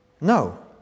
No